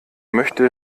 möchte